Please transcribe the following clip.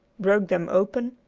broke them open,